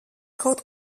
kaut